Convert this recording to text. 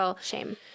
shame